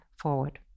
forward